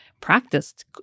practiced